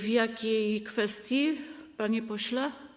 W jakiej kwestii, panie pośle?